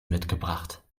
mitgebracht